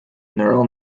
neural